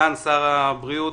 סגן שר הבריאות.